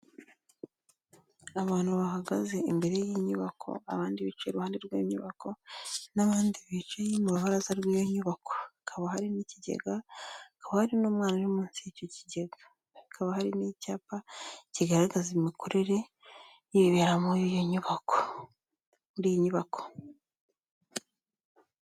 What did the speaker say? Abantu bahagaze imbere y'inyubako, abandi bicaye iruhande rw'inyubako n'abandi bicaye mubaraza rw'iyo nyubako, hakaba hari n'ikigega akaba hari n'umwana uri munsi y'icyo kigega, hakaba hari n'icyapa kigaragaza imikorere y'ibibera muri iyo nyubako.